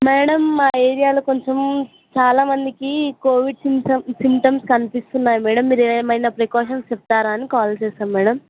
madam మా ఏరియాలో కొంచెం చాలా మందికి కోవిడ్ సింటమ్ సింటమ్స్ కనిపిస్తున్నాయి మ్యాడమ్ మీరు ఏమైన ప్రికాషన్స్ చెప్తారా అని కాల్ చేసాను మ్యాడమ్